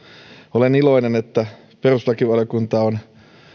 olen iloinen että perustuslakivaliokunta on